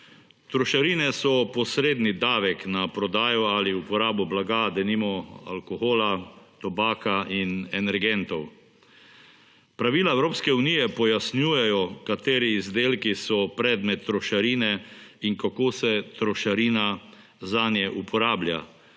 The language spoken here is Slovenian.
Trošarine so posredni davek na prodajo ali uporabo blaga, denimo alkohola, tobaka in energentov. Pravila Evropske unije pojasnjujejo kateri izdelki so predmet trošarine in kako se trošarina zanje uporablja.